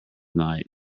night